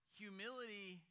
humility